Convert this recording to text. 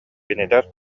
кинилэр